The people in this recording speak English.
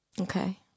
Okay